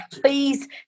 please